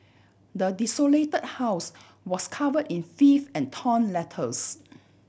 the desolate house was cover in filth and torn letters